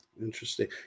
Interesting